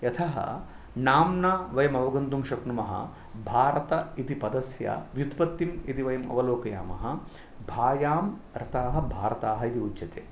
यथः नाम्ना वयम् अवगन्तुं शक्नुमः भारत इति पदस्य व्युत्पत्तिं इति वयम् अवलोकयामः भायां रताः भारताः इत्युच्यते